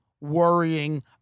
worrying